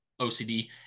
ocd